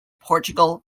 portugal